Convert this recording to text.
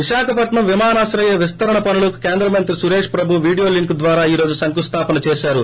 విశాఖపట్నం విమానాశ్రయ విస్తరణ పనులకు కేంద్ర మంత్రి సురేష్ ప్రభు వీడియో లింక్ ద్వారా ఈ రోజు శంకుస్లాపన చేశారు